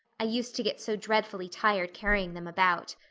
i used to get so dreadfully tired carrying them about.